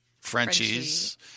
Frenchies